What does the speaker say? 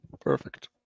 Perfect